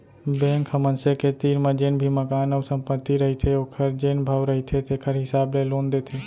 bank ह मनसे के तीर म जेन भी मकान अउ संपत्ति रहिथे ओखर जेन भाव रहिथे तेखर हिसाब ले लोन देथे